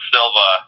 Silva